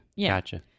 Gotcha